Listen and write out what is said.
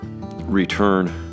return